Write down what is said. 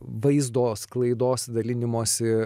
vaizdo sklaidos dalinimosi